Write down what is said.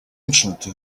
ancient